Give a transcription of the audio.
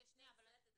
אנחנו יודעים את המהות,